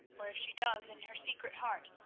or if she does in her secret heart,